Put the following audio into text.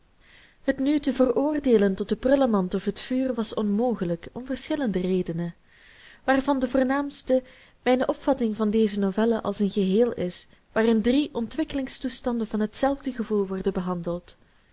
het nu te veroordeelen tot de prullenmand of het vuur was onmogelijk om verschillende redenen waarvan de voornaamste mijne opvatting van deze novellen als een geheel is waarin drie ontwikkelingstoestanden van hetzelfde gevoel worden behandeld